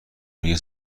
میگه